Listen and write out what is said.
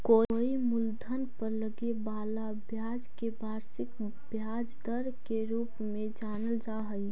कोई मूलधन पर लगे वाला ब्याज के वार्षिक ब्याज दर के रूप में जानल जा हई